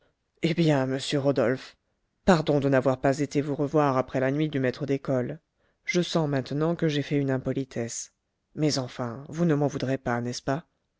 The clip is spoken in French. eh bien monsieur rodolphe pardon de n'avoir pas été vous revoir après la nuit du maître d'école je sens maintenant que j'ai fait une impolitesse mais enfin vous ne m'en voudrez pas n'est-ce pas